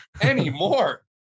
Anymore